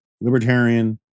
Libertarian